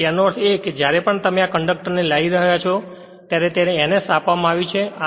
તેથી તેનો અર્થ એ છે કે જ્યારે પણ તમે આ કંડક્ટરને લાવે રહ્યા છો ત્યારે તેને NS આપવામાં આવ્યું છે